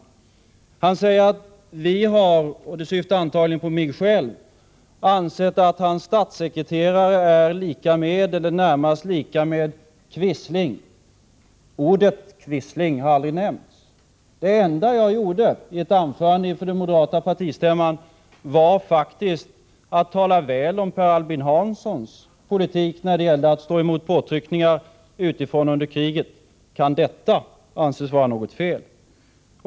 Statsministern säger att vi har — och då syftar han antagligen på mig— ansett att hans statssekreterare är lika med eller närmast lika med en quisling. Ordet quisling har aldrig nämnts av oss. Det enda jag gjorde i ett anförande inför den moderata partistämman var faktiskt att tala väl om Per Albin Hanssons politik när det gällde att stå emot påtryckningar utifrån under kriget. Kan detta anses vara något fel?